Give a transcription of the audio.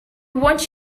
want